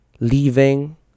Leaving